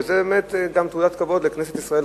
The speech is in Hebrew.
וזה באמת גם תעודת כבוד לכנסת ישראל,